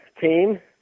team